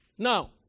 Now